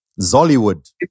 Zollywood